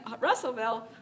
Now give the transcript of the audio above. Russellville